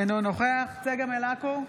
אינו נוכח צגה מלקו,